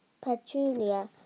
Petunia